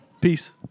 Peace